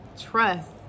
Trust